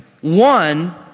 One